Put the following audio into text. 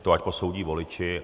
To ať posoudí voliči.